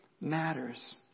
matters